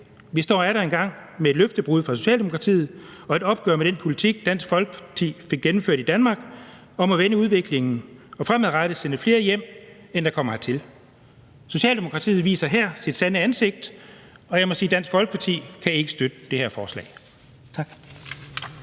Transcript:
vi atter står med et løftebrud fra Socialdemokratiets side og et opgør med den politik, Dansk Folkeparti fik gennemført i Danmark, om at vende udviklingen og fremadrettet sende flere hjem, end der kom hertil. Socialdemokratiet viser her sit sande ansigt, og jeg må sige, at Dansk Folkeparti ikke kan støtte det her forslag.